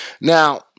Now